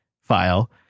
file